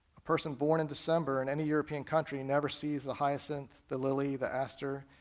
a person born in december in any european country never sees the hyacinth, the lily, the astor,